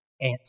answer